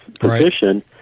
position